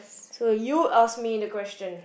so you ask me the question